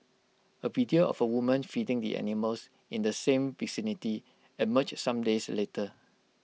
A video of A woman feeding the animals in the same vicinity emerged some days later